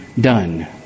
done